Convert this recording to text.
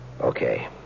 Okay